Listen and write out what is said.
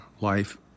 life